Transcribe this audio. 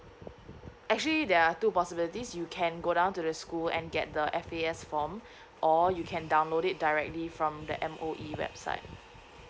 actually there are two possibilities you can go down to the school and get the F_A_S form or you can download it directly from the M_O_E website